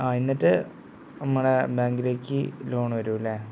ആ എന്നിട്ട് നമ്മളെ ബാങ്കിലേക്ക് ലോണ് വരുമല്ലേ